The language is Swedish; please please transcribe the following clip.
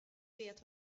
vet